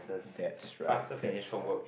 that's right that's right